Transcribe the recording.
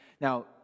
Now